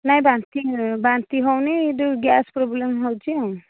ନାହିଁ ବାନ୍ତି ବାନ୍ତି ହେଉନି ଯେଉଁ ଗ୍ୟାସ୍ ପ୍ରୋବେଲମ୍ ହେଉଛି ଆଉ